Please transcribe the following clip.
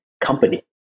company